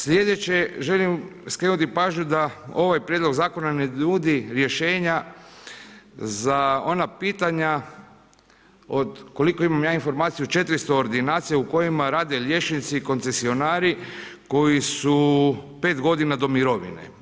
Slijedeće, želim skrenuti pažnju da ovaj Prijedlog Zakona ne nudi rješenja za ona pitanja od, koliko imam ja informaciju 400 ordinacija u kojima liječnici koncesionari koji su 5 godina do mirovine.